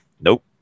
nope